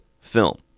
film